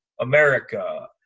America